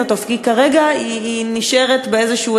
כי כרגע היא נשארת באיזשהו,